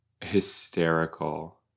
hysterical